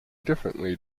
differently